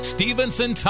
Stevenson